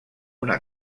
una